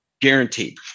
Guaranteed